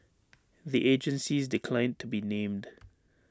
the agencies declined to be named